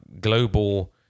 global